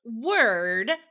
word